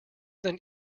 than